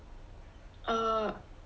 err